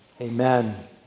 Amen